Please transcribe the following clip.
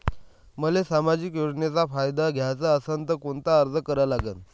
मले सामाजिक योजनेचा फायदा घ्याचा असन त कोनता अर्ज करा लागन?